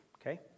okay